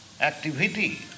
activity